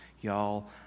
y'all